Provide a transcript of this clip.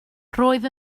roedd